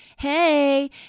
Hey